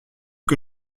que